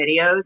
videos